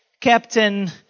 captain